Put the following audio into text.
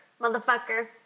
motherfucker